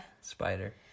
Spider